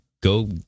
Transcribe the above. go